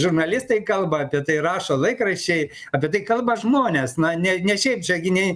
žurnalistai kalba apie tai rašo laikraščiai apie tai kalba žmonės na ne ne šiaip čia gi ne